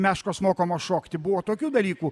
meškos mokomos šokti buvo tokių dalykų